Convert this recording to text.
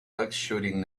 duckshooting